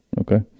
Okay